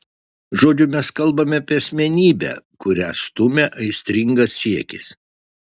žodžiu mes kalbame apie asmenybę kurią stumia aistringas siekis